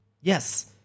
yes